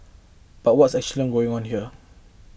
but what's actually going on here